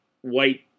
white